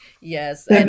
yes